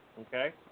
okay